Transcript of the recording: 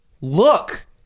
look